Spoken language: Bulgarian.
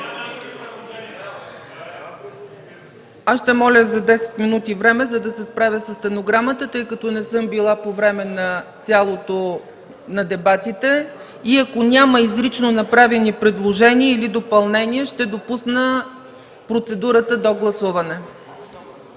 Аз ще помоля за 10 минути време, за да се справя със стенограмата, тъй като не съм била по време на дебатите. Ако няма изрично направени предложения или допълнения, ще допусна процедурата до гласуване.